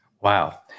Wow